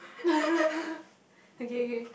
okay okay